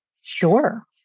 Sure